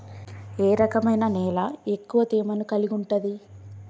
ఏ రకమైన నేల ఎక్కువ తేమను కలిగుంటది?